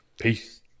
Peace